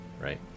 right